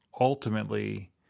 ultimately